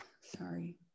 sorry